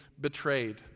betrayed